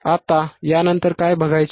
आता यानंतर काय बघायचे